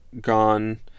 gone